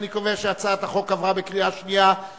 אני קובע שהצעת החוק עברה בקריאה שנייה.